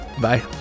bye